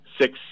six